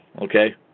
okay